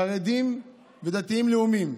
חרדים ודתיים לאומיים,